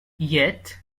yet